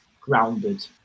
grounded